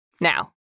Now